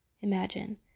Imagine